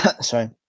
Sorry